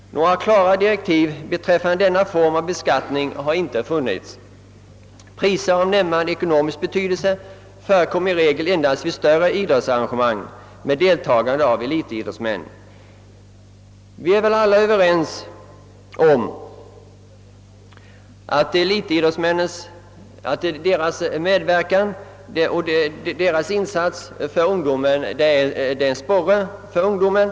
Några klara direktiv beträffande denna form av beskattning har inte funnits. Priser av nämnvärd ekonomisk betydelse förekommer i regel endast vid större idrottsarrangemang med deltagande av elitidrottsmän. Vi är väl alla överens om att elitidrottsmännen verkar som en sporre för ungdomarna.